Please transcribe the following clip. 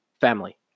Family